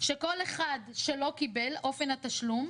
שכל אחד שלא קיבל אופן התשלום,